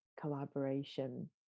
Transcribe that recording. collaboration